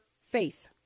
faith